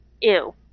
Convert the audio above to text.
Ew